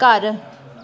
ਘਰ